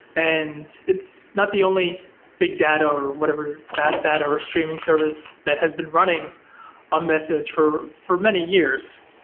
and it's not the only big data, or whatever fast data, or streaming service that has been running on um mesos for for many years.